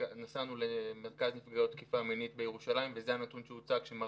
נסענו למרכז נפגעות תקיפה מינית בירושלים וזה הנתון שהוצג לנו.